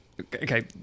okay